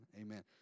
Amen